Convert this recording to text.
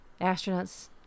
astronauts